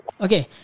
Okay